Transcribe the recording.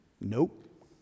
Nope